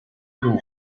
wall